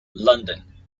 london